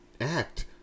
act